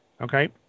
okay